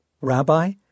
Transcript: Rabbi